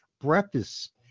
Breakfast